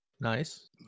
Nice